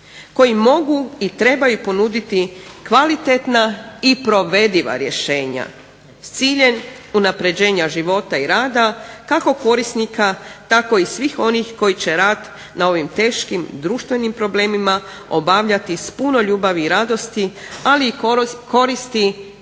koji mogu i trebaju ponuditi kvalitetna i provediva rješenja s ciljem unapređenja života i rada kako korisnika tako i svih onih koji će rad na ovim teškim društvenim problemima obavljati s puno ljubavi i radosti, ali i koristi